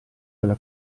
della